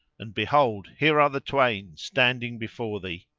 and behold, here are the twain standing before thee.